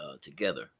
together